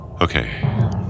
Okay